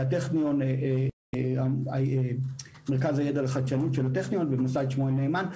וכן מרכז הידע לחדשנות של הטכניון ומוסד שמואל נאמן,